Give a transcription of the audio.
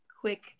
quick